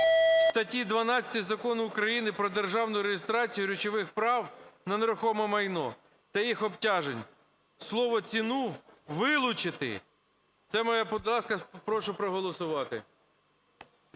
статті 12 Закону України "Про державну реєстрацію речових прав на нерухоме майно та їх обтяжень" слово "ціну" вилучити. Це моя… Будь ласка, прошу проголосувати.